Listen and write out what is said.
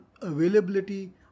availability